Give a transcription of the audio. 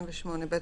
38(ב),